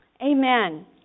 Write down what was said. Amen